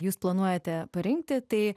jūs planuojate parinkti tai